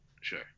sure